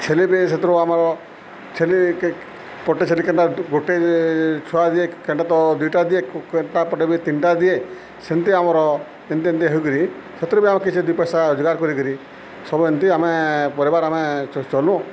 ଛେଲି ବି ସେଥିରୁ ଆମର ଛେଲି ପଟେ ଛେଲି କେଟା ଗୋଟେ ଛୁଆ ଦିଏ କେଟା ତ ଦୁଇଟା ଦିଏ କେଟା ପଟେ ବି ତିନିଟା ଦିଏ ସେମିତି ଆମର ଏମିତି ଏମ୍ତି ହେଇକରି ସେଥିରୁ ବି ଆମେ କିଛି ଦି ପଇସା ରୋଜଗାର କରିକିରି ସବୁ ଏମିତି ଆମେ ପରିବାର ଆମେ ଚଲୁ